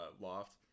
Loft